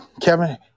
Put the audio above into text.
Kevin